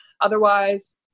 Otherwise